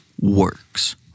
works